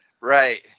Right